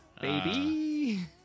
Baby